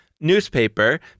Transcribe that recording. newspaper